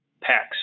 packs